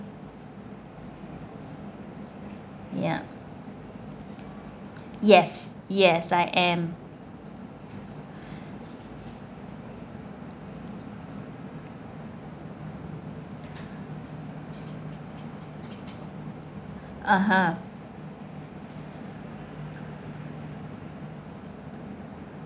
ya yes yes I am (uh huh)